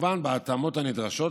כמובן בהתאמות הנדרשות,